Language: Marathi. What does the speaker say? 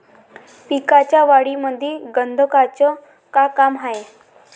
पिकाच्या वाढीमंदी गंधकाचं का काम हाये?